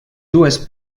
dues